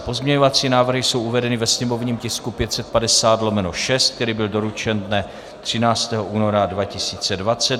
Pozměňovací návrhy jsou uvedeny ve sněmovním tisku 550/6, který byl doručen dne 13. února 2020.